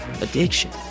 addiction